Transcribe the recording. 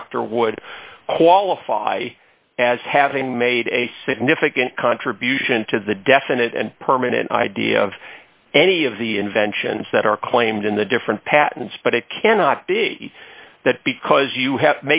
doctor would qualify as having made a significant contribution to the definite and permanent idea of any of the inventions that are claimed in the different patents but it cannot be that because you have to